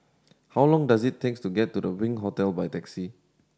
how long does it takes to get to the Wink Hostel by taxi